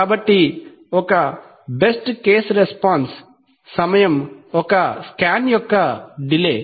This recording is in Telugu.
కాబట్టి ఒక బెస్ట్ కేస్ రెస్పాన్స్ సమయం ఒక స్కాన్ యొక్క డిలే